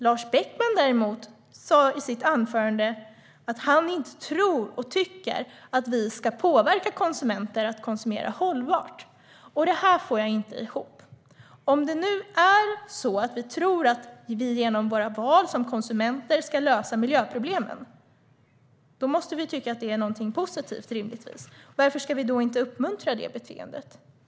Lars Beckman sa däremot i sitt anförande att han inte tycker att vi ska påverka konsumenter att konsumera hållbart. Det här får jag inte ihop. Om det nu är så att vi tror att vi ska lösa miljöproblemen genom våra val som konsumenter måste vi rimligtvis tycka att det är någonting positivt. Varför ska vi då inte uppmuntra det beteendet?